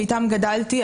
שאיתם גדלתי,